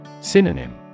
Synonym